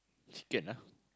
chicken lah